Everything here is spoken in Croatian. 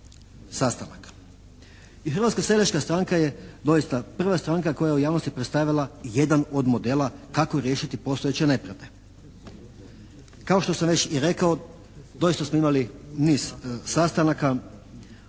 Hrvatska seljačka stranka je doista prva stranka koja je u javnosti predstavila jedan od modela kako riješiti postojeće nepravde. Kao što sam već i rekao doista smo imali niz sastanaka,